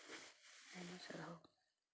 ᱟᱭᱢᱟ ᱥᱟᱨᱦᱟᱣ